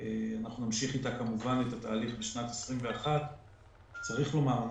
אנחנו כמובן נמשיך איתה את התהליך בשנת 2021. צריך לומר,